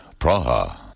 Praha